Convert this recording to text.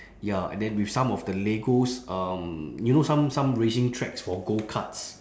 ya and then with some of the legos um you know some some racing tracks for gokarts